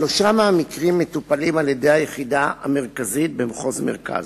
שלושה מהמקרים מטופלים על-ידי היחידה המרכזית במחוז מרכז.